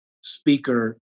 Speaker